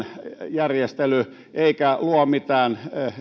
järjestely eikä luo mitään